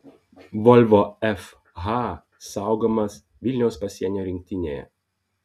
volvo fh saugomas vilniaus pasienio rinktinėje